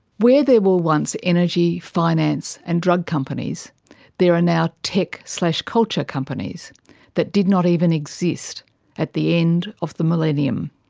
where there were once energy, finance and drug companies there are now tech slash culture companies that did not even exist at the end of the millennium.